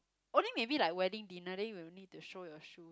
only maybe like wedding dinner then you'll need to show your shoe